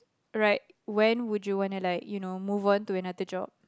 right when would you wanna like you know move on to another job